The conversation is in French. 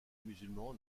musulman